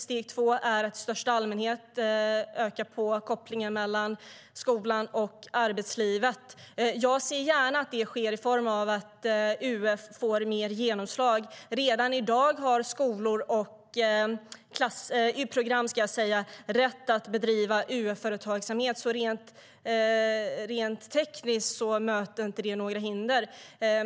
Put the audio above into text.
Steg två är att i största allmänhet öka kopplingen mellan skolan och arbetslivet. Jag ser gärna att det sker i form av att UF får mer genomslag. Redan i dag har Y-program rätt att bedriva Ung Företagsamhet, så rent tekniskt möter det inte några hinder.